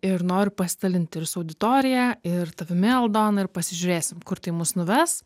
ir noriu pasidalint ir su auditorija ir tavimi aldona ir pasižiūrėsim kur tai mus nuves